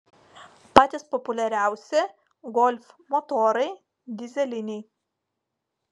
patys populiariausi golf motorai dyzeliniai